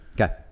Okay